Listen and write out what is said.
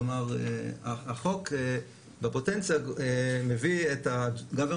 כלומר החוק בפוטנציה מביא את ה-